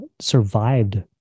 survived